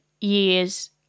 years